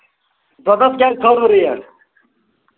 دۄدَس کیٛازِ کھٲلوٕ ریٹ